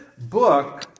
book